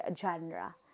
genre